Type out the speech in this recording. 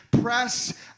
press